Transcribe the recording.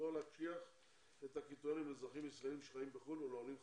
לא להקשיח את הקריטריונים לאזרחים ישראלים שחיים בחו"ל ולעולים חדשים.